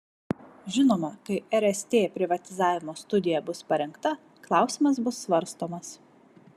žinoma kai rst privatizavimo studija bus parengta klausimas bus svarstomas